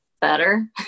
better